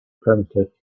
primitive